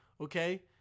okay